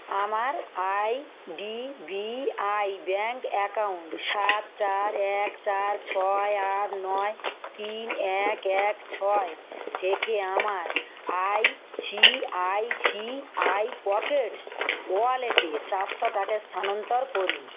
আমার IDBI bank account সাত চার এক চার ছয় আট নয় তিন এক এক ছয় থেকে আমার আইসিআইসিআই পকেটস ওয়ালেটে চারশো টাকা স্থানান্তর করুন